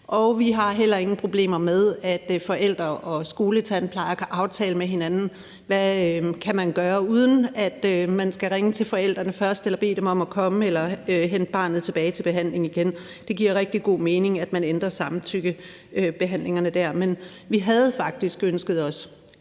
og vi har heller ingen problemer med, at forældre og skoletandplejer kan aftale med hinanden, hvad man kan gøre, uden at man skal ringe til forældrene først eller bede dem om at komme eller hente barnet tilbage til behandling igen. Det giver rigtig god mening, at man der ændrer samtykkebehandlingerne. Men vi havde faktisk ønsket os